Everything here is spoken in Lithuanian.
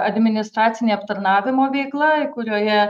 administracinė aptarnavimo veikla kurioje